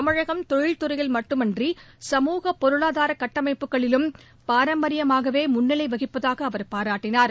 தமிழகம் தொழில்துறையில் மட்டுமன்றி சமூக பொருளாதார கட்டமைப்புகளிலும் பாரம்பரியமாகவே முன்னிலை வகிப்பதாக அவர் பாராட்டினார்